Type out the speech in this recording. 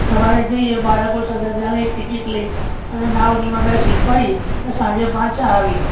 સવારે જઈએ બાળકો સાથે ત્યાં ટિકિટ લઈ અને નાવડીમાં બેસી ફરી અને સાંજે પાછા આવીએ